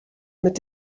mit